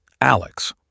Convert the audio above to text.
Alex